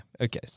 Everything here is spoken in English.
Okay